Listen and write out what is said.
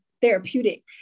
therapeutic